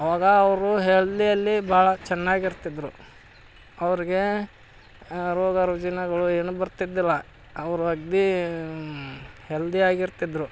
ಅವಾಗ ಅವರು ಹೆಲ್ದಿಯಲ್ಲಿ ಭಾಳ ಚೆನ್ನಾಗಿ ಇರ್ತಿದ್ದರು ಅವರಿಗೆ ರೋಗ ರುಜಿನಗಳು ಏನೂ ಬರ್ತಿದ್ದಿಲ್ಲ ಅವರು ಅಗದಿ ಹೆಲ್ದಿಯಾಗಿರ್ತಿದ್ದರು